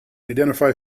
identify